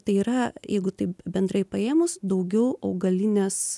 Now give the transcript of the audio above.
tai yra jeigu taip bendrai paėmus daugiau augalinės